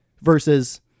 versus